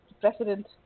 president